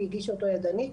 והגיש אותו ידנית.